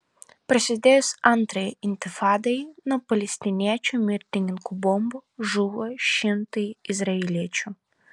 prasidėjus antrajai intifadai nuo palestiniečių mirtininkų bombų žuvo šimtai izraeliečių